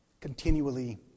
continually